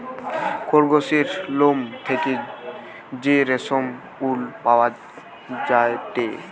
খরগোসের লোম থেকে যে রেশমি উল পাওয়া যায়টে